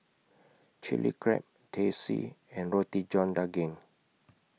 Chilli Crab Teh C and Roti John Daging